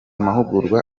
mahugurwa